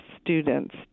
students